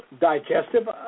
digestive